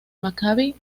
maccabi